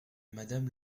madame